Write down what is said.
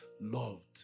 loved